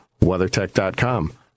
WeatherTech.com